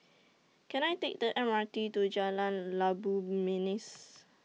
Can I Take The M R T to Jalan Labu Manis